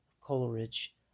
Coleridge